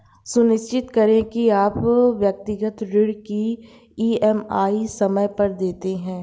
सुनिश्चित करें की आप व्यक्तिगत ऋण की ई.एम.आई समय पर देते हैं